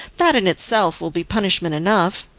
that in itself will be punishment enough.